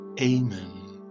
Amen